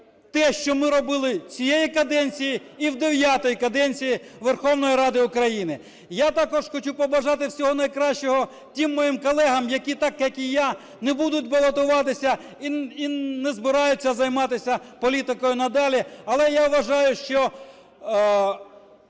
те, що ми робили цієї каденції, і в дев'ятій каденції Верховної Ради України. Я також хочу побажати всього найкращого тим моїм колегам, які так, як і я, не будуть балотуватися і не збираються займатися політикою надалі. Але я вважаю, що